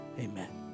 Amen